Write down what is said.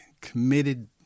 committed